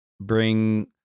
bring